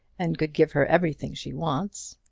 and could give her everything she wants.